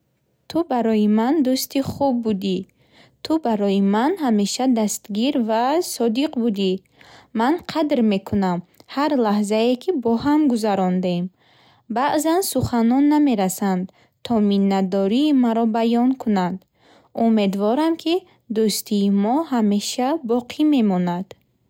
Ту барои ман дӯсти хуб будӣ. Ту барои ман ҳамеша дастгир ва содиқ будӣ. Ман қадр мекунам ҳар лаҳзае, ки бо ҳам гузарондем. Баъзан суханон намерасанд, то миннатдории маро баён кунанд. Умедворам, ки дӯстии мо ҳамеша боқӣ мемонад.